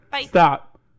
Stop